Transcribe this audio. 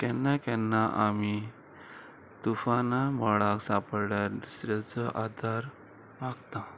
केन्ना केन्ना आमी तूफाना मळाक सापडल्यार दुसरेचो आदार मागता